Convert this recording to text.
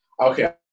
Okay